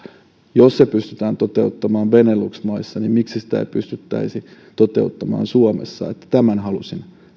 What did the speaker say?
jos se pystytään toteuttamaan benelux maissa niin miksi sitä ei pystyttäisi toteuttamaan suomessa tämän halusin